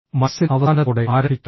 മനസ്സിൽ അവസാനത്തോടെ ആരംഭിക്കുക